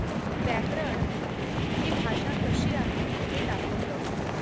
व्याकरण ही भाषा कशी आहे हे दाखवतं